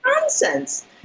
nonsense